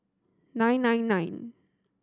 nine nine nine